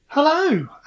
Hello